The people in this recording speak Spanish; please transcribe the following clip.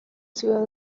ciudad